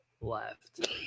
left